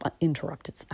interrupted